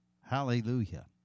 Hallelujah